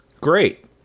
great